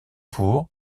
pour